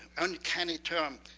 uncanny term,